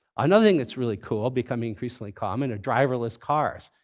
another thing that's really cool, becoming increasingly common, are driverless cars.